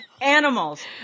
animals